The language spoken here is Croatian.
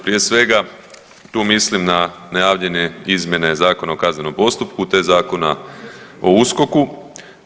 Prije svega tu mislim na najavljene izmjene Zakona o kaznenom postupku, te Zakona o USKOK-u.